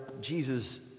Jesus